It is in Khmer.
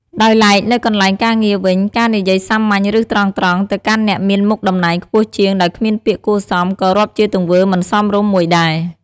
ដោយឡែកនៅកន្លែងការងារវិញ ការនិយាយសាមញ្ញ ឬ ត្រង់ៗ ទៅកាន់អ្នកមានមុខតំណែងខ្ពស់ជាងដោយគ្មានពាក្យគួរសមក៏រាប់ជាទង្វើមិនសមរម្យមួយដែរ។